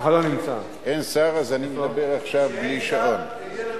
אין שר, אז אני מדבר עכשיו בלי שעון.